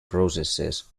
processes